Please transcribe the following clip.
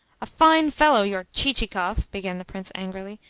a fine fellow your chichikov! began the prince angrily.